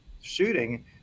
shooting